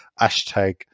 Hashtag